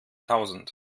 tausend